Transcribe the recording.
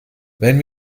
wenn